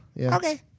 Okay